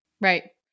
Right